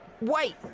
Wait